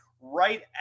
right